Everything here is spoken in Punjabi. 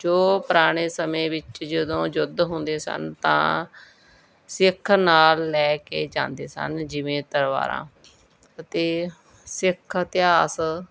ਜੋ ਪੁਰਾਣੇ ਸਮੇਂ ਵਿੱਚ ਜਦੋਂ ਯੁੱਧ ਹੁੰਦੇ ਸਨ ਤਾਂ ਸਿੱਖ ਨਾਲ ਲੈ ਕੇ ਜਾਂਦੇ ਸਨ ਜਿਵੇਂ ਤਲਵਾਰਾਂ ਅਤੇ ਸਿੱਖ ਇਤਿਹਾਸ